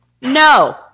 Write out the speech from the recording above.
no